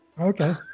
Okay